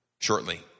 shortly